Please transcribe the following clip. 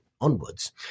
onwards